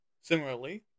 Similarly